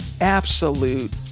absolute